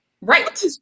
Right